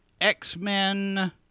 x-men